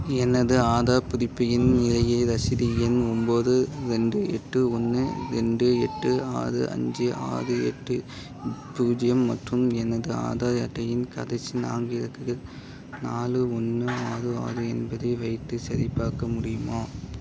எனது ஆதார் புதுப்பிப்பின் நிலையை ரசீது எண் ஒம்பது ரெண்டு எட்டு ஒன்று ரெண்டு எட்டு ஆறு அஞ்சு ஆறு எட்டு பூஜ்ஜியம் மற்றும் எனது ஆதார் அட்டையின் கடைசி நான்கு இலக்கங்கள் நாலு ஒன்னு ஆறு ஆறு என்பதை வைத்து சரிபார்க்க முடியுமா